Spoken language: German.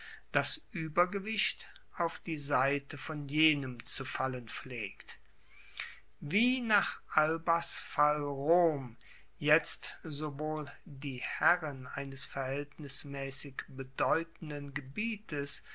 das uebergewicht auf die seite von jenem zu fallen pflegt wie nach albas fall rom jetzt sowohl die herrin eines verhaeltnismaessig bedeutenden gebietes